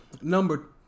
number